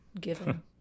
given